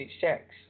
sex